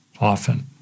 often